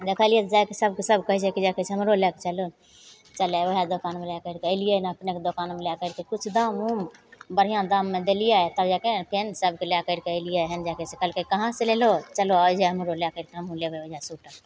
देखलिए जाके सभके सभ कहै छै कि हमरो लैके चलू चलै वएह दोकानमे लै करिके अएलिए अपनेके दोकानमे लै करिके किछु दाम उम बढ़िआँ दाममे देलिए आओर तब जाके फेर सभके लै करिके अएलिए हँ जाके से कहलकै कहाँसे लेलहो चलऽ ओहिजे हमरो लै करिके हमहूँ लेबै ओहिजे सोइटर